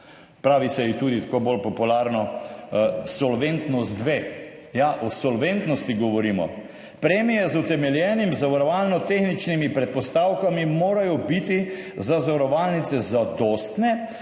Pravi se ji tudi, tako bolj popularno, Solventnost II. Ja, o solventnosti govorimo. Premije z utemeljenimi zavarovalno-tehničnimi predpostavkami morajo biti za zavarovalnice zadostne,